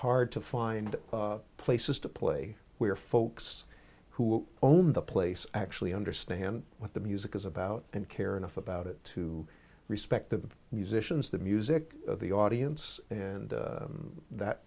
hard to find places to play where folks who own the place actually understand what the music is about and care enough about it to respect the musicians the music of the audience and that